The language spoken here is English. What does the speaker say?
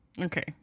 okay